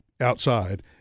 outside